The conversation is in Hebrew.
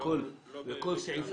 לא בהיבט הזה.